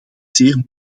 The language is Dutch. zeer